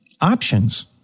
Options